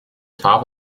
top